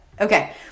Okay